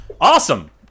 Awesome